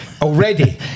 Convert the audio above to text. Already